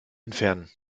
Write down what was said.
entfernen